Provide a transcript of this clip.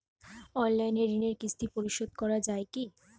Online ঋণের কিস্তি পরিশোধ করা যায় কি?